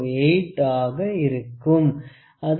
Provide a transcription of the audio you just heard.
08 ஆக இருக்கும் அதனால் 0